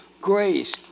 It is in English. Grace